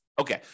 Okay